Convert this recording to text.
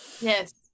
Yes